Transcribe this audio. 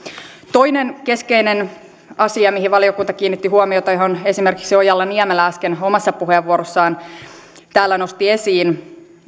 toinen keskeinen asia mihin valiokunta kiinnitti huomiota jonka esimerkiksi ojala niemelä äsken omassa puheenvuorossaan täällä nosti esiin